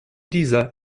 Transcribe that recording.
dieser